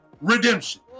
redemption